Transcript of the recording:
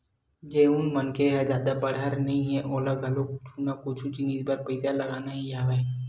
जउन मनखे ह जादा बड़हर नइ हे ओला घलो कुछु ना कुछु जिनिस बर पइसा लगना ही हवय